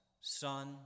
Son